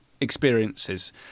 experiences